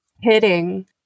hitting